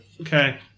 Okay